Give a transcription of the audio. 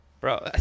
Bro